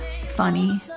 funny